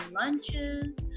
lunches